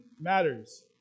matters